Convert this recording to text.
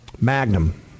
Magnum